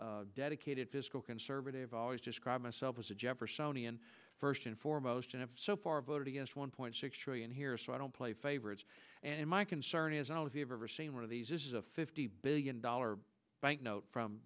bush dedicated fiscal conservative always described myself as a jeffersonian first and foremost and so far voted against one point six trillion here so i don't play favorites and my concern is and if you've ever seen one of these is a fifty billion dollars bank note from